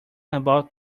about